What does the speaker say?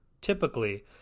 typically